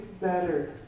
better